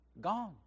gone